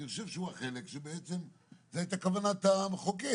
אני חושב שבעצם זו הייתה כוונת המחוקק